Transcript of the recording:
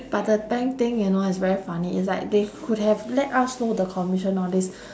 but the bank thing you know it's very funny it's like they could have let us know the commission all this